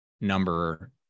number